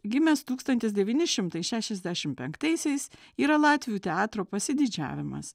gimęs tūkstantis devyni šimtai šešiasdešim penktaisiais yra latvių teatro pasididžiavimas